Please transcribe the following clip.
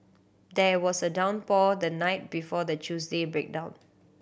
there was a downpour the night before the Tuesday breakdown